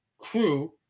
crew